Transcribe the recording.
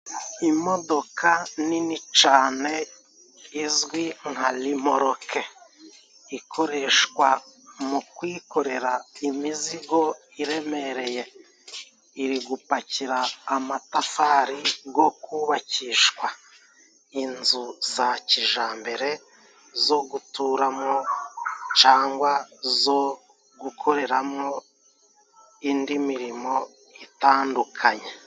Imodoka nini cane izwi nka limoroke ikoreshwa mu kwikorera imizigo iremereye, iri gupakira amatafari go kubakishwa inzu za kijambere zo guturamo, cangwa zo gukoreramwo indi mirimo itandukanye.